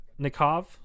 nikov